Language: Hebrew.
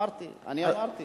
אני אמרתי, אני אמרתי.